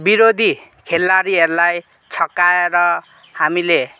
बिरोदी खेलाडिहरूलाई छक्क्याएर हामीले